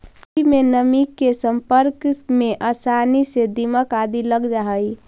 लकड़ी में नमी के सम्पर्क में आसानी से दीमक आदि लग जा हइ